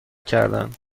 کردند